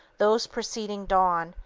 those preceding dawn,